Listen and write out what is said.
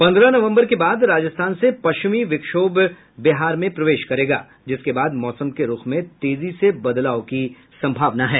पन्द्रह नवम्बर के बाद राजस्थान से पश्चिमी विक्षोभ बिहार में प्रवेश करेगा जिसके बाद मौसम के रूख में तेजी से बदलाव की संभावना है